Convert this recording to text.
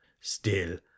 Still